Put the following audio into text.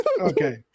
Okay